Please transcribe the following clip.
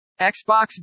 Xbox